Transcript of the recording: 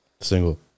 single